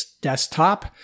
desktop